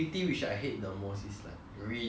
reading a storybook like